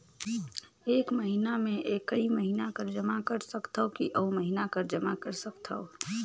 एक महीना मे एकई महीना कर जमा कर सकथव कि अउ महीना कर जमा कर सकथव?